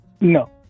No